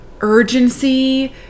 urgency